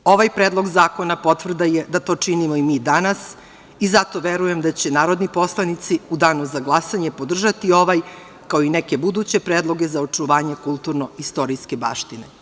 Ovaj Predlog zakona potvrda je da to činimo i mi danas i zato verujem da će narodni poslanici u danu za glasanje podržati ovaj, kao i neke buduće predloge za očuvanje kulturno-istorijske baštine.